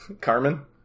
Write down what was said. Carmen